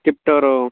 Tiptur